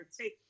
take